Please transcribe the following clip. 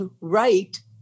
write